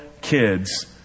kids